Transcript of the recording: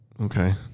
Okay